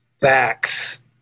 Facts